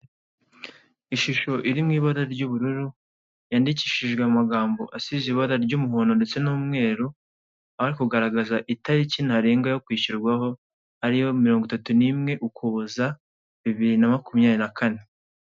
Ishusho iri mu ibara ry'ubururu yandikishijwe mu magambo asize ibara ry'umuhondo ndetse n'umweru, aho ari kugaragaza itariki ntarengwa yo kwishyurwaho ariyo mirongo itatu n'imwe Ukuboza bibiri na makumyabiri na kane.